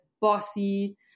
bossy